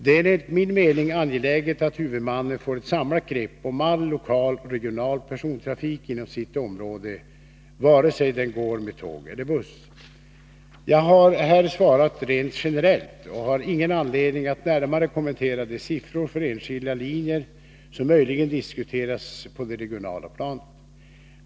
Det är enligt min mening angeläget att huvudmannen får ett samlat grepp om all lokal och regional persontrafik inom sitt område, vare sig den går med tåg eller buss. Jag har här svarat rent generellt och har ingen anledning att närmare kommentera de siffror för enskilda linjer som möjligen diskuteras på det regionala planet.